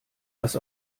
was